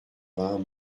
vingts